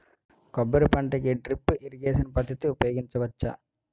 కొబ్బరి పంట కి డ్రిప్ ఇరిగేషన్ పద్ధతి ఉపయగించవచ్చా?